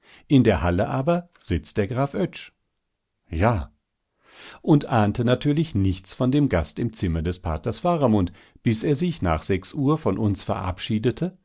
in der halle aber sitzt der graf oetsch ja und ahnte natürlich nichts von dem gast im zimmer des paters faramund bis er sich nach sechs uhr von uns verabschiedete